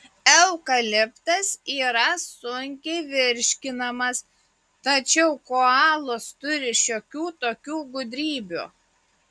eukaliptas yra sunkiai virškinamas tačiau koalos turi šiokių tokių gudrybių